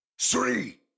three